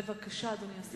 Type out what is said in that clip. בבקשה, אדוני השר.